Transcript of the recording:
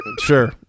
Sure